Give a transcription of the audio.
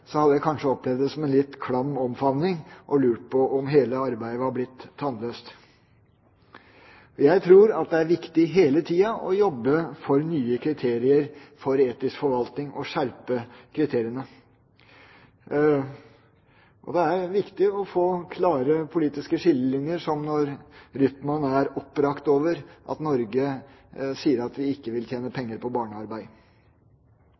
hadde jeg kanskje opplevd det som en litt klam omfavning og lurt på om hele arbeidet var blitt tannløst. Jeg tror det er viktig hele tida å jobbe for nye kriterier for etisk forvaltning og å skjerpe kriteriene. Det er viktig å få klare politiske skillelinjer, som når Rytman er oppbrakt over at Norge sier at vi ikke vil tjene